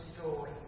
joy